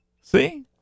See